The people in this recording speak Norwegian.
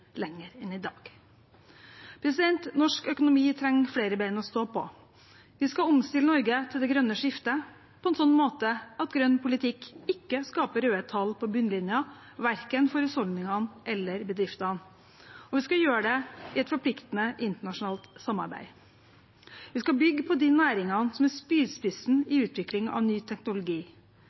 lenger enn i dag. Norsk økonomi trenger flere ben å stå på. Vi skal omstille Norge til det grønne skiftet på en sånn måte at grønn politikk ikke skaper røde tall på bunnlinjen, verken for husholdningene eller for bedriftene, og vi skal gjøre det i et forpliktende internasjonalt samarbeid. Vi skal bygge på de næringene som er spydspisser i utviklingen av ny teknologi.